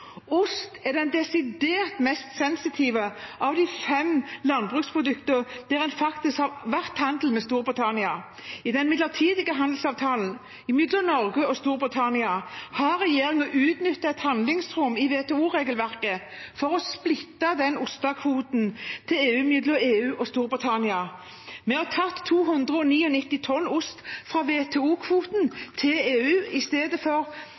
Ost er den desidert mest sensitive av de fem landbruksproduktene der det faktisk har vært handel med Storbritannia. I den midlertidige handelsavtalen mellom Norge og Storbritannia har regjeringen utnyttet et handlingsrom i WTO-regelverket for å splitte ostekvoten til EU mellom EU og Storbritannia. Vi har tatt 299 tonn ost fra WTO-kvoten til EU